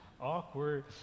Awkward